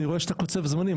כי אני רואה שאתה קוצב זמנים.